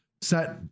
set